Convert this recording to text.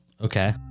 Okay